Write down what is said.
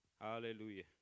Hallelujah